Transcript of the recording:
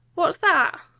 what's that?